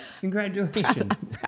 Congratulations